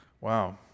Wow